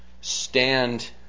Stand